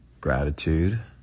Gratitude